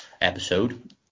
episode